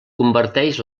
converteix